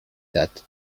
that